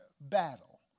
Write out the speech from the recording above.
battle